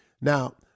Now